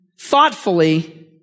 thoughtfully